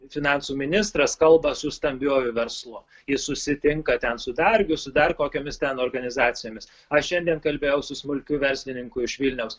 finansų ministras kalba su stambiuoju verslu jis susitinka ten su dargiu su dar kokiomis ten organizacijomis aš šiandien kalbėjau su smulkiu verslininku iš vilniaus